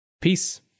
Peace